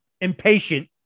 impatient